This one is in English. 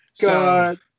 God